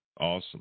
Awesome